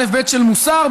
אלף-בית של מוסר,